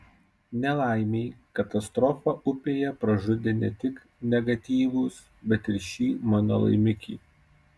nelaimei katastrofa upėje pražudė ne tik negatyvus bet ir šį mano laimikį